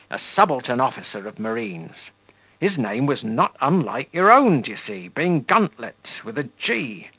a subaltern officer of marines his name was not unlike your own, d'ye see, being guntlet, with a g.